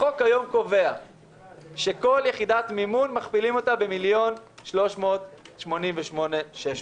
החוק היום קובע שכל יחידת מימון מכפילים אותה ב-1,388,600 שקל.